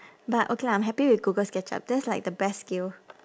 but okay lah I'm happy with google sketchup that's like the best skill